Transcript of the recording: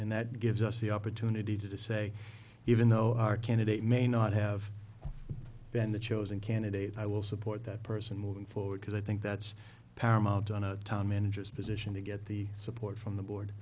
and that gives us the opportunity to say even though our candidate may not have been the chosen candidate i will support that person moving forward because i think that's paramount on a time in just position to get the support from the board